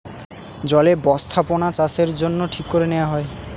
জলে বস্থাপনাচাষের জন্য ঠিক করে নেওয়া হয়